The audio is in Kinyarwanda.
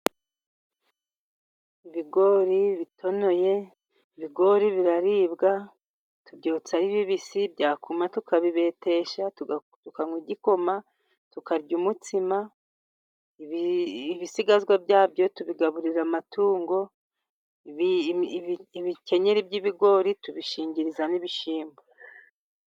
Ibigori bitonoye, ibigori biraribwa, tubyotsa ari bibisi, byakuma tukabibetesha tukaywa igikoma, tukarya umutsima, ibisigazwa bya byo tubigaburira amatungo, ibikenyeri by'ibigori tubishingiriza n'ibishyimbo.